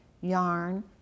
yarn